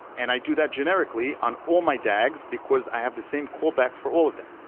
and i do that generically on all my dags, because i have the same callback for all of them.